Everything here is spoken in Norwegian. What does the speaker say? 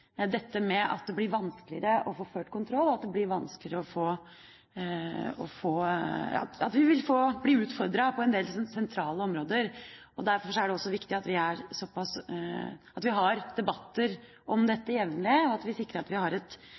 dette med at det blir vanskeligere å få ført kontroll, og at vi vil bli utfordret på en del sentrale områder. Derfor er det viktig at vi har debatter om dette jevnlig, og at vi sikrer at vi har et